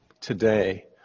Today